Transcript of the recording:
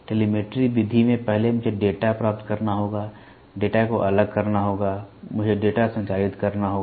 telemetry विधि में पहले मुझे डेटा प्राप्त करना होगा डेटा को अलग करना होगा मुझे डेटा संचारित करना होगा